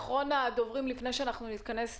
ובאישור ועדת הכלכלה, אני מצווה